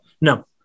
No